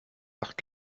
acht